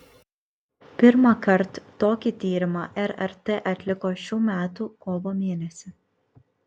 pirmąkart tokį tyrimą rrt atliko šių metų kovo mėnesį